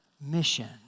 mission